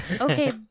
Okay